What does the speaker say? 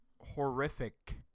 horrific